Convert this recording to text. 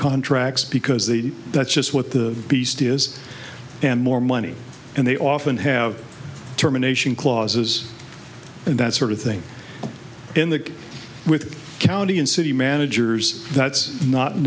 contracts because the that's just what the beast is and more money and they often have terminations clauses and that sort of thing in the with county and city managers that's not